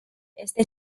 este